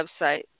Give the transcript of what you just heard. website